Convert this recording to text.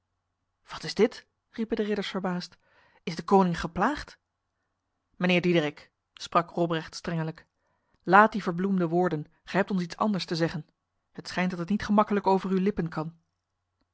wat is dit riepen de ridders verbaasd is de koning geplaagd mijnheer diederik sprak robrecht strengelijk laat die verbloemde woorden gij hebt ons iets anders te zeggen het schijnt dat het niet gemakkelijk over uw lippen kan